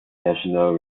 national